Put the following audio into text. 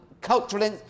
Cultural